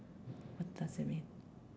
what does it mean